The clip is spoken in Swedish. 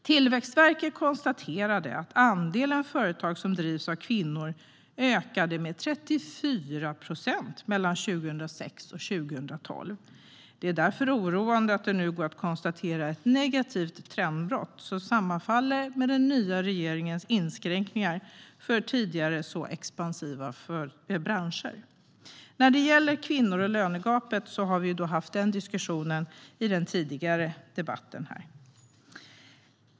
Tillväxtverket konstaterade att andelen företag som drivs av kvinnor ökade med 34 procent mellan 2006 och 2012. Det är därför oroande att det nu går att konstatera ett negativt trendbrott som sammanfaller med den nya regeringens inskränkningar för tidigare expansiva branscher. När det gäller kvinnor och lönegapet hade vi den diskussionen i den tidigare debatten.